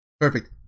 Perfect